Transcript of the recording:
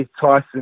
Tyson